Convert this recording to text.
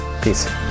Peace